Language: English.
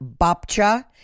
Bapcha